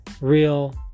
real